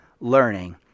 learning